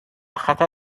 خطر